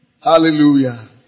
Hallelujah